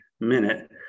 minute